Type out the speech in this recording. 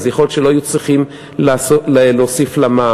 אז יכול להיות שלא היו צריכים להוסיף למע"מ,